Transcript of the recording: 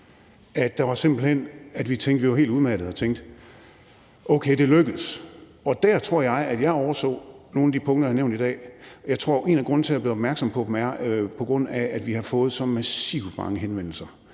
at vi var helt udmattede og tænkte: Okay, det lykkedes. Og der tror jeg, at jeg overså nogle af de punkter, jeg har nævnt i dag. Jeg tror, at en af grundene til, at jeg er blevet opmærksom på dem, er, at vi har fået så massivt mange henvendelser